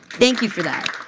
thank you for that.